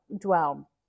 dwell